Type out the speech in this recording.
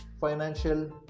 financial